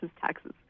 taxes